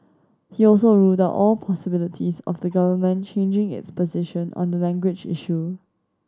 he also ruled all possibilities of the Government changing its position on the language issue